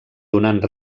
donant